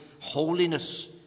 holiness